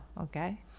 okay